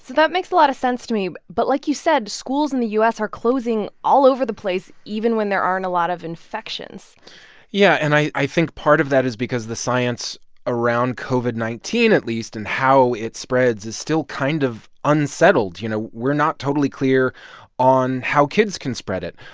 that makes a lot of sense to me. but like you said, schools in the u s. are closing all over the place even when there aren't a lot of infections yeah. and i think part of that is because the science around covid nineteen at least and how it spreads is still kind of unsettled. you know, we're not totally clear on how kids can spread it.